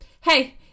hey